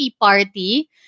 party